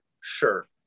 Sure